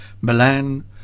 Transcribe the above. Milan